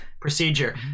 procedure